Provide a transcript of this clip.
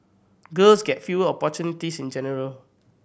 girls get fewer opportunities in general